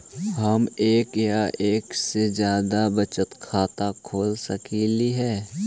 हम एक या एक से जादा बचत खाता खोल सकली हे?